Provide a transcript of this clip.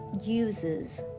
uses